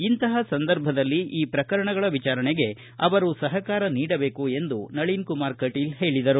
ಇಂತಹ ಸಂದರ್ಭದಲ್ಲಿ ಈ ಪ್ರಕರಣಗಳ ವಿಚಾರಣೆಗೆ ಅವರು ಸಪಕಾರ ನೀಡಬೇಕು ಎಂದು ನಳೀನಕುಮಾರ್ ಕಟೀಲ ಹೇಳಿದರು